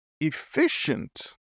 efficient